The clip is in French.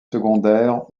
secondaire